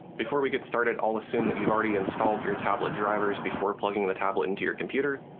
before we get started, i'll assume that you've already installed your tablet drivers before plugging the tablet into your computer.